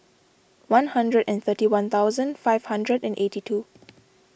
one hundred and thirty one thousand five hundred and eighty two